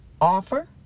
offer